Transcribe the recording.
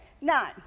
nine